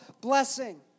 blessing